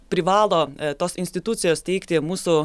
privalo tos institucijos teikti mūsų